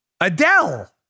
Adele